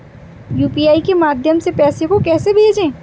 UPI के माध्यम से पैसे को कैसे भेजें?